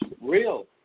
real